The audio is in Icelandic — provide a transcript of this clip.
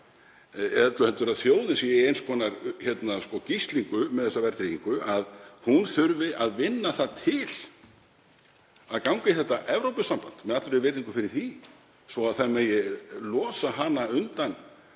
líta þannig á að þjóðin sé í eins konar gíslingu með þessa verðtryggingu, að hún þurfi að vinna það til að ganga í þetta Evrópusamband, með allri virðingu fyrir því, svo það megi losa hana undan